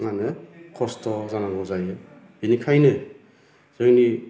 मा होनो खस्थ' जानांगौ जायो बिनिखायनो जोंनि